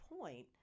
point